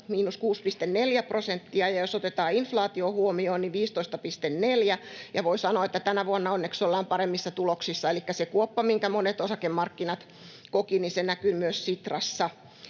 miinus 6,4 prosenttia, ja jos otetaan inflaatio huomioon, niin miinus 15,4. Voi sanoa, että tänä vuonna onneksi ollaan paremmissa tuloksissa, elikkä se kuoppa, minkä monet osakemarkkinat kokivat, näkyy myös Sitrassa.